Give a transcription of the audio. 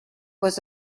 was